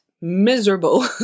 miserable